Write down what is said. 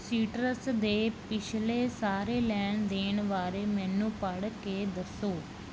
ਸੀਟਰਸ ਦੇ ਪਿਛਲੇ ਸਾਰੇ ਲੈਣ ਦੇਣ ਬਾਰੇ ਮੈਨੂੰ ਪੜ੍ਹ ਕੇ ਦੱਸੋ